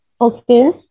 Okay